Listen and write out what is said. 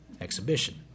exhibition